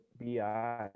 BI